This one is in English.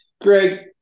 Greg